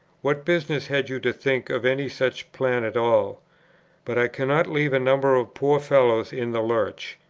what business had you to think of any such plan at all but i cannot leave a number of poor fellows in the lurch.